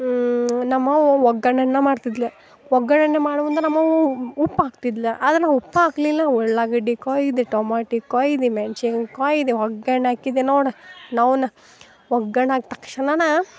ನಮ್ಮವ್ವ ಒಗ್ಗರಣೆನ ಮಾಡ್ತಿದ್ಲು ಒಗ್ಗರಣೆ ಮಾಡೋ ಮುಂದೆ ನಮ್ಮವ್ವ ಉಪ್ಪು ಹಾಕ್ತಿದ್ಲು ಆದರೆ ನಾ ಉಪ್ಪು ಹಾಕಲಿಲ್ಲ ಉಳ್ಳಾಗಡ್ಡಿ ಕೊಯ್ದು ಟೊಮಾಟಿ ಕೊಯ್ದು ಮೆಣ್ಸಿನ ಕೊಯ್ದು ಒಗ್ಗರಣೆ ಹಾಕಿದೆ ನೋಡಿ ನೌನ ಒಗ್ಗರಣೆ ಹಾಕಿದ ತಕ್ಷಣ